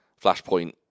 Flashpoint